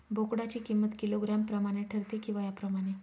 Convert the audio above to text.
बोकडाची किंमत किलोग्रॅम प्रमाणे ठरते कि वयाप्रमाणे?